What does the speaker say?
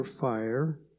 fire